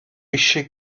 eisiau